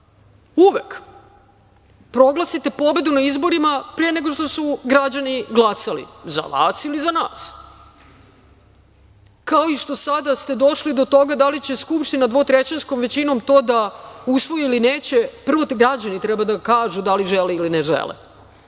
Uvek. Proglasite pobedu na izborima pre nego što su građani glasali za vas ili za nas, kao i što ste sada došli do toga da li će Skupština dvotrećinskom većinom u to da usvoji ili neće. Prvo građani treba da kažu da li žele ili ne žele